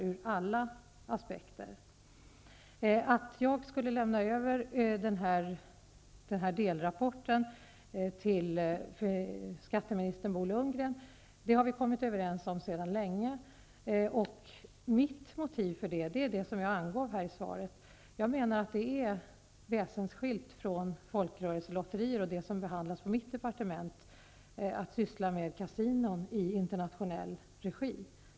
Vi är sedan länge överens om att jag skulle överlämna den här delrapporten till skatteminister Bo Lundgren. Mitt motiv för det är det som jag angav i svaret. Jag menar att det är väsensskilt från folkrörelselotterier och det som behandlas på mitt departement att syssla med kasinon i internationell regi.